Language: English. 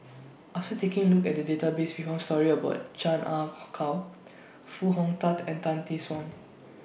after taking A Look At The Database We found stories about Chan Ah Kow Foo Hong Tatt and Tan Tee Suan